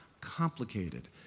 complicated